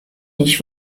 nicht